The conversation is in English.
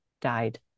died